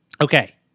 Okay